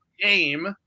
game